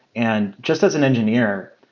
and just as an engineer,